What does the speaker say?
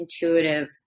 intuitive